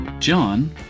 John